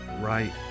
right